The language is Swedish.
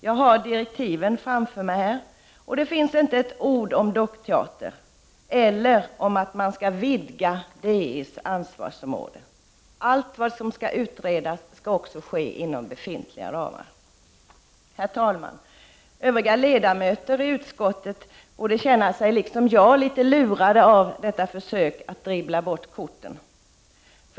Jag har direktiven här framför mig, och det finns inte ett ord om dockteater, eller om att man skall vidga Dramatiska institutets ansvarsområde. Allt som skall utredas skall också ske inom befintliga ramar. Herr talman! Övriga ledamöter av utskottet borde — liksom jag — känna sig litet lurade av detta försök att blanda bort korten.